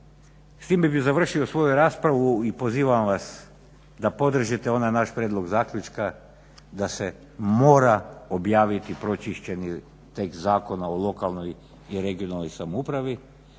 S time bih završio svoju raspravu i pozivam vas da podržite onaj naš prijedlog zaključka da se mora objaviti pročišćeni tekst Zakona o lokalnoj i regionalnoj samoupravi